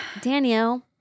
Danielle